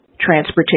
transportation